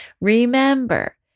Remember